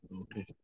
Okay